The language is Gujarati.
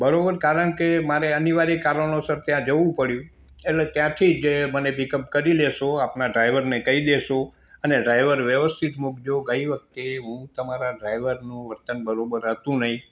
બરાબર કારણ કે મારે અનિવાર્ય કારણોસર ત્યાં જવું પડ્યું એટલે ત્યાંથી જ મને પિકઅપ કરી લેશો આપના ડ્રાઈવરને કહી દેશો અને ડ્રાઈવર વ્યવસ્થિત મૂકજો ગઈ વખતે હું તમારા ડ્રાઈવરનું વર્તન બરોબર હતું નહીં